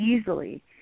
easily